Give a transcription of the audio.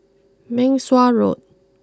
Meng Suan Road